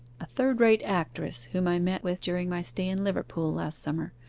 a third-rate actress, whom i met with during my stay in liverpool last summer,